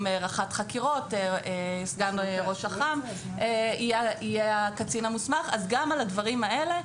רח"ט חקירות יהיה סגן ראש אח"ם הקצין המוסמך גם על הדברים האלה,